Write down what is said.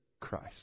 Christ